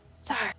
Sorry